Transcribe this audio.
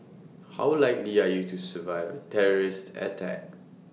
how likely are you to survive A terrorist attack